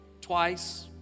twice